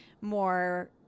more